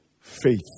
faith